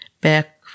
back